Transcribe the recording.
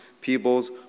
people's